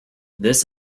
this